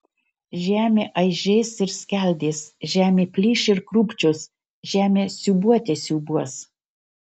žemė aižės ir skeldės žemė plyš ir krūpčios žemė siūbuote siūbuos